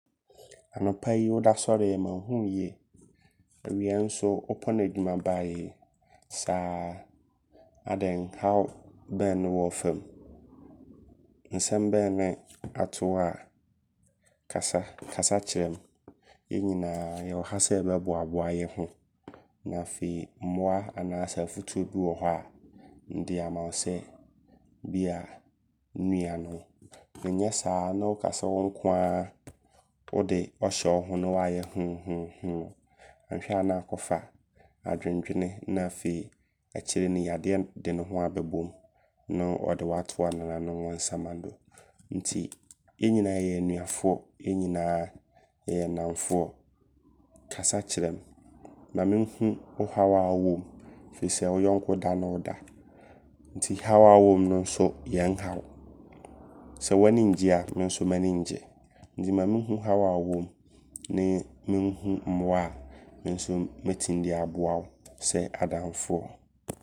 Anɔpa yi woda sɔreyɛ manhu wo yie. Awia nso wopɔno adwuma baayɛ saa. Adɛn haw bɛn ne wɔɔfam? Nsɛm bɛn ne ato wo a, kasa kasa kyerɛm. Yɛ nyinaa yɛwɔ ha sɛ yɛbɛboaboa yɛ ho. Na afei mmoa anaasɛ afutuo bi wɔ hɔ a nde ama wo. Sɛ bia nnua ne wo. Nyɛ saa ne woka sɛ wo nkoaa wode ɔɔhyɛ wo ho ne waayɛ hmm hmm hmm. Anhwɛ a ne aakɔfa adwendwene. Na afei akyire yi no yadeɛ de ne ho abɛbom ne ɔde wo atoa nananom wɔ nsamando. Nti yɛ nyinaa yɛyɛ anuafoɔ. Yɛ nyinaa yɛyɛ nnamfoɔ. Kasa kyerɛm. Ma me nhu wohaw a wowɔm. Firi sɛ wo yɔnko da ne wo da. Nti haw a wo wɔm no nso yɛ nhaw. Sɛ w'ani ngye a, me nso m'ani ngye. Nti ma me nhu haw a wo wɔm. Nee me nhu mmoa a me nso mɛtim de aboa sɛ adamfoɔ.